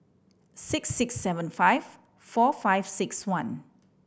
six six seven five four five six one